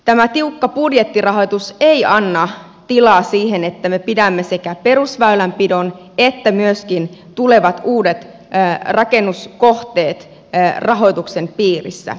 tämä tiukka budjettirahoitus ei anna tilaa siihen että me pidämme sekä perusväylänpidon että myöskin tulevat uudet rakennuskohteet rahoituksen piirissä